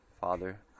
Father